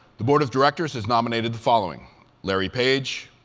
the board of directors has nominated the following larry page,